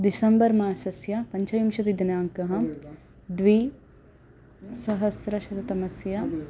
December मासस्य पञ्चविंशतिदिनाङ्कः द्विसहस्रशततमस्य